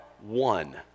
one